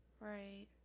Right